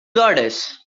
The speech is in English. goddess